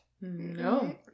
No